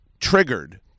triggered